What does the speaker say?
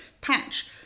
patch